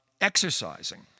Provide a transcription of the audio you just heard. exercising